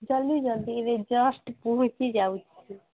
ଜଲ୍ଦି ଜଲ୍ଦି ଏବେ ଜଷ୍ଟ ପହଞ୍ଚି ଯାଉଛି